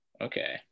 Okay